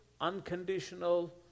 unconditional